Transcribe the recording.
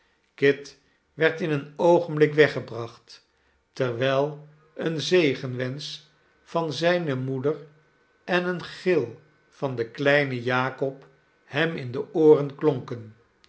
kit werd in een oogenblik weggebracht terwijl een zegenwensch van zijne moeder en een gil van den kleinen jakob hem in de ooren klonken